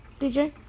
DJ